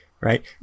right